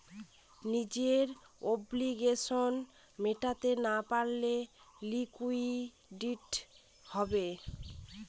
নিজের অব্লিগেশনস মেটাতে না পারলে লিকুইডিটি হবে